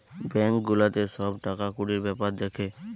bank গুলাতে সব টাকা কুড়ির বেপার দ্যাখে